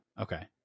Okay